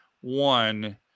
One